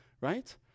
right